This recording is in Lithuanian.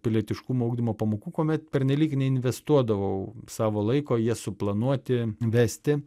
pilietiškumo ugdymo pamokų kuomet pernelyg neinvestuodavau savo laiko jas suplanuoti vesti